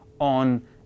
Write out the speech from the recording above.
on